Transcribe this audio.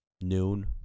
noon